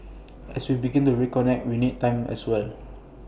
as we begin to reconnect we need time as well